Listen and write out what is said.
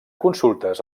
consultes